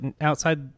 outside